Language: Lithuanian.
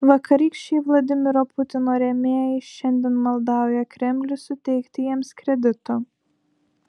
vakarykščiai vladimiro putino rėmėjai šiandien maldauja kremlių suteikti jiems kreditų